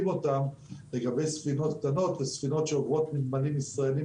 אותן לגבי ספינות קטנות וספינות שעוברות בין הנמלים הישראלים,